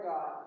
God